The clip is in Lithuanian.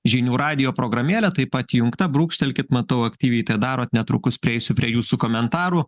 žinių radijo programėlė taip pat įjungta brūkštelkit matau aktyviai tai darot netrukus prieisiu prie jūsų komentarų